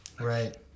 Right